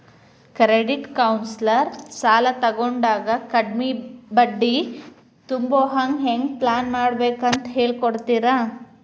credit counsellor ಸಾಲಾ ತಗೊಂಡಾಗ ಕಡ್ಮಿ ಬಡ್ಡಿ ತುಂಬೊಹಂಗ್ ಹೆಂಗ್ ಪ್ಲಾನ್ಮಾಡ್ಬೇಕಂತ್ ಹೆಳಿಕೊಡ್ತಾರ